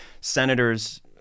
senators